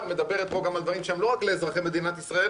מדברת פה על דברים שהם לא רק לאזרחי מדינת ישראל